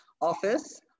office